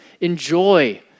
enjoy